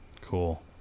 Cool